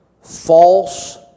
false